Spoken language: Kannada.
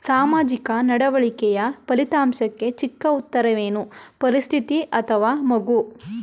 ಸಾಮಾಜಿಕ ನಡವಳಿಕೆಯ ಫಲಿತಾಂಶಕ್ಕೆ ಚಿಕ್ಕ ಉತ್ತರವೇನು? ಪರಿಸ್ಥಿತಿ ಅಥವಾ ಮಗು?